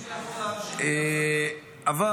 אבל